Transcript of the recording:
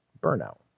burnout